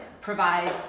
provides